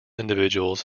individuals